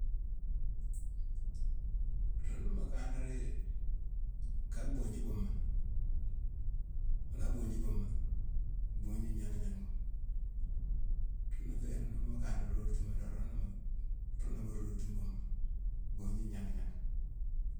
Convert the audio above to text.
Rune ni mu kanra rii, ka bhuuju buumma, mu la buuju buumma, bhuuju ngningagningama. Runa fé yéér ni mu kanrari, nrootima dorong, runa mu-runa mu rootine buumma bhuuju ngningagningama.